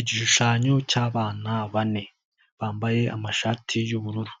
Igishushanyo cy'abana bane bambaye amashati y'ubururu